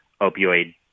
opioid